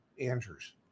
Andrews